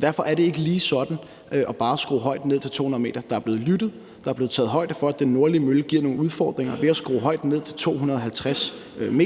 Derfor er det ikke lige sådan bare at skrue højden ned til 200 m. Der er blevet lyttet, og der er blevet taget højde for, at den nordlige mølle giver nogle udfordringer, ved at skrue højden ned til 250 m.